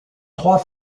trois